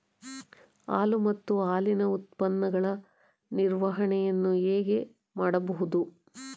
ಹಾಲು ಮತ್ತು ಹಾಲಿನ ಉತ್ಪನ್ನಗಳ ನಿರ್ವಹಣೆಯನ್ನು ಹೇಗೆ ಮಾಡಬಹುದು?